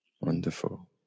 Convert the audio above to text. Wonderful